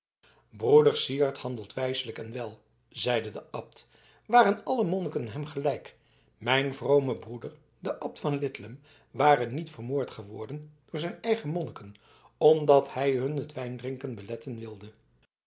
broeder syard handelt wijselijk en wel zeide de abt waren alle monniken hem gelijk mijn vrome broeder de abt van lidlum ware niet vermoord geworden door zijn eigen monniken omdat hij hun het wijndrinken beletten wilde